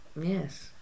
yes